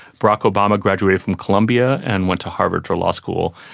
barack obama graduated from columbia and went to harvard for law school.